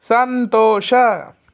ಸಂತೋಷ